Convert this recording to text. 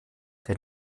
der